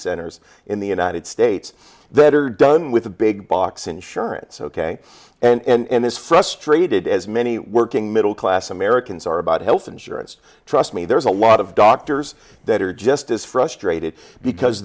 centers in the united states that are done with the big box insurance ok and this frustrated as many working middle class americans are about health insurance trust me there's a lot of doctors that are just as frustrated because